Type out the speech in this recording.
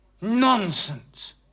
nonsense